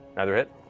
neither hit?